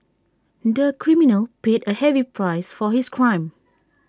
the criminal paid A heavy price for his crime